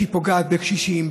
שפוגעת בקשישים,